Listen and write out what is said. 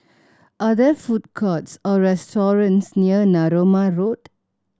are there food courts or restaurants near Narooma Road